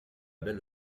belle